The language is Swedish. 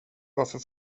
varför